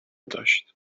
داشت